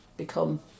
become